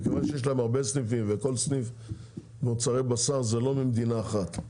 בגלל שיש להם הרבה סניפים וכל סניף מוצרי בשר זה לא ממדינה אחת.